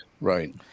right